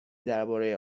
درباره